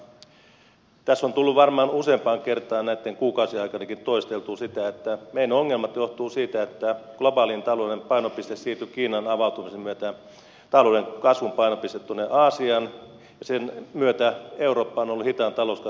tässä on tullut varmaan useampaan kertaan näiden kuukausien aikana toisteltua sitä että meidän ongelmamme johtuvat siitä että globaalinen talouden painopiste talouden kasvun painopiste siirtyi kiinan avautumisen myötä tuonne aasiaan ja sen myötä eurooppa on ollut hitaan talouskasvun aluetta